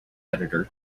editor